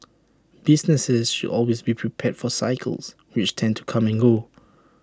businesses should always be prepared for cycles which tend to come and go